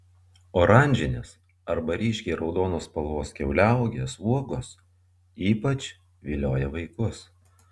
oranžinės arba ryškiai raudonos spalvos kiauliauogės uogos ypač vilioja vaikus